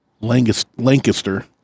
Lancaster